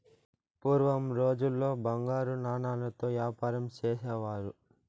పూర్వం రోజుల్లో బంగారు నాణాలతో యాపారం చేసేవారు